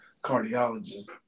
cardiologist